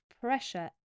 pressure